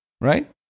right